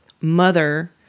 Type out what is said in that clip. mother